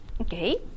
Okay